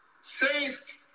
safe